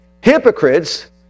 hypocrites